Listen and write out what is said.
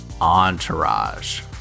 Entourage